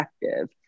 effective